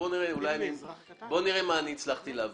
נראה מה הצלחתי להבין.